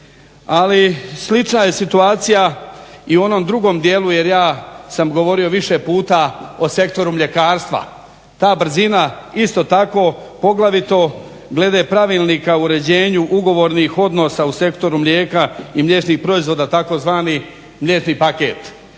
Ali slična je situacija i u onom drugom dijelu jer ja sam govorio više puta o sektoru mljekarstva, ta brzina isto tako poglavito glede pravilnika o uređenju ugovornih odnosa u sektoru mlijeka i mliječnih proizvoda tzv. mliječni paket.